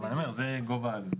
אבל זה גובה העלות.